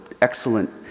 excellent